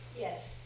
yes